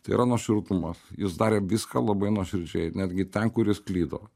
tai yra nuoširdumas jis darė viską labai nuoširdžiai netgi ten kur jis klydo